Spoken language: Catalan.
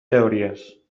teories